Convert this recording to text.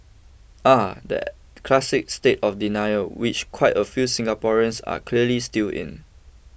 the classic state of denial which quite a few Singaporeans are clearly still in